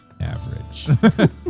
average